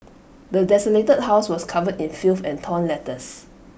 the desolated house was covered in filth and torn letters